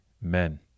men